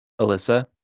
Alyssa